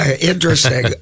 Interesting